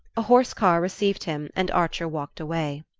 a horse-car received him, and archer walked away.